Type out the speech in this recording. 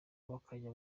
bakajya